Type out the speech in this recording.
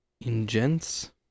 ingens